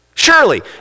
Surely